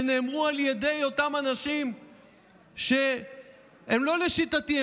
שנאמרו על ידי אותם אנשים שהם לא לשיטתי,